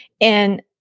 And-